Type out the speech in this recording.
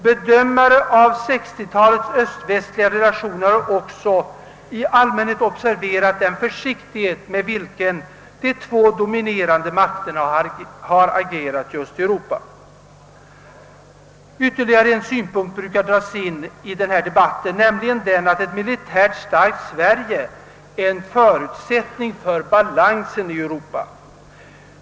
Bedömare av 1960-talets öst-västliga relationer har i allmänhet också observerat den försiktighet, med vilken de två dominerande makterna har agerat just i Europa. Ytterligare en synpunkt brukar åberopas i denna debatt, nämligen den att ett militärt starkt Sverige är en förutsättning för »balans» i Europa.